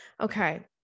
Okay